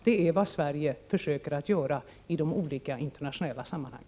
Det är vad Sverige försöker göra i de olika internationella sammanhangen.